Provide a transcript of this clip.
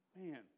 Man